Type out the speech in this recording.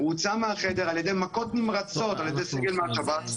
הוא הוצא מהחדר על ידי מכות נמרצות על ידי סגל מהשב"ס.